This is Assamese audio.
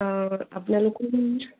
আপোনালোক